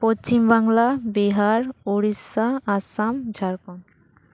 Paschim Bangla Bihar Odisha Assam Jharkhand